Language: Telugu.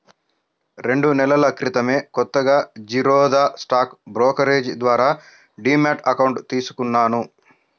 రెండు నెలల క్రితమే కొత్తగా జిరోదా స్టాక్ బ్రోకరేజీ ద్వారా డీమ్యాట్ అకౌంట్ తీసుకున్నాను